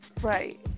right